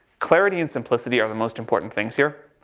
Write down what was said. clarity and simplicity are the most important things here.